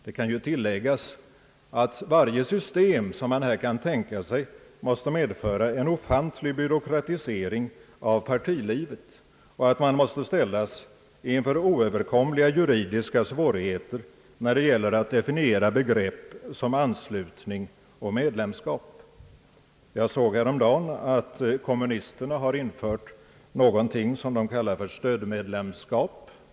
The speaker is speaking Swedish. Det kan ju tilläggas att varje system, som man här kan tänka sig, måste medföra en ofantlig byråkratisering av partilivet och att man måste ställas inför oöverkomliga juridiska svårigheter, när det gäller att definiera begrepp som anslutning och medlemskap. Jag såg häromdagen att kommunisterna infört något som de kallar för »stödmedlemskap».